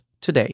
today